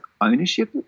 ownership